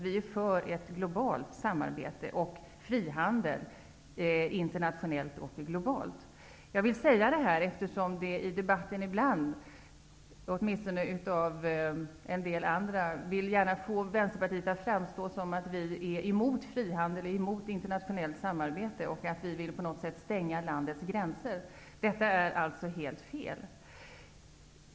Vi är för ett globalt samarbete och internationell och global frihandel. Jag vill säga detta eftersom en del andra i debatten ibland vill få Vänsterpartiet att framstå som att vi är emot frihandel, internationellt samarbete och att vi på något sätt vill stänga landets gränser. Detta är alltså helt fel.